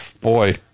boy